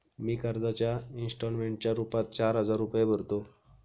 मी कर्जाच्या इंस्टॉलमेंटच्या रूपात चार हजार रुपये भरतो